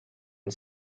and